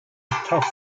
tufts